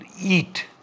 eat